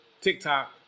TikTok